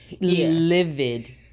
Livid